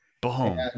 Boom